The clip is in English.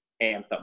anthem